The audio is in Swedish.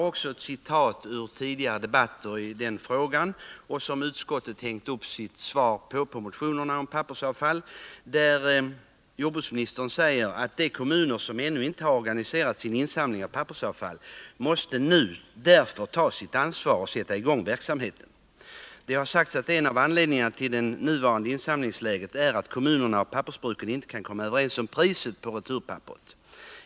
Utskottet har vid behandlingen av motionerna om pappersavfallet hänvisat till tidigare debatter här i riksdagen, där jordbruksministern uttalat bl.a. följande: ”De kommuner som ännu inte har organiserat sin insamling av pappersavfall måste nu ta sitt ansvar och sätta i gång verksamheten.” Det har sagts att en av anledningarna till det nuvarande insamlingsläget är att kommunerna och pappersbruken inte kan komma överens om priset på returpapperet.